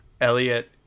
elliot